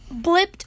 blipped